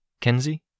Kenzie